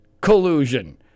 collusion